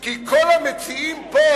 כי כל המציעים פה,